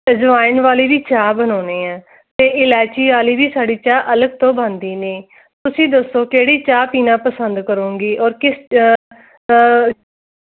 ਅਜਵਾਈਨ ਵਾਲੀ ਵੀ ਚਾਹ ਬਣਾਉਂਦੇ ਹਾਂ ਅਤੇ ਇਲਾਚੀ ਵਾਲੀ ਵੀ ਸਾਡੀ ਚਾਹ ਅਲਗ ਤੋਂ ਬਣਦੀ ਨੇ ਤੁਸੀਂ ਦੱਸੋ ਕਿਹੜੀ ਚਾਹ ਪੀਣਾ ਪਸੰਦ ਕਰੋਗੇ ਔਰ ਕਿਸ